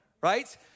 right